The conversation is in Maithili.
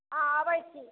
हँ अबै छी